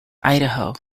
idaho